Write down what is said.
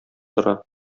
тора